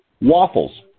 waffles